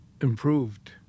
improved